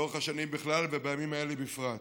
לאורך השנים בכלל ובימים האלה בפרט.